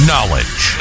Knowledge